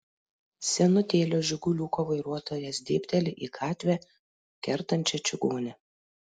senutėlio žiguliuko vairuotojas dėbteli į gatvę kertančią čigonę